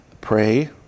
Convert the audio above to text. Pray